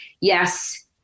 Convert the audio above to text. yes